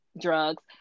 drugs